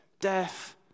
death